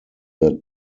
that